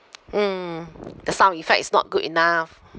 mm the sound effect is not good enough